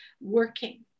working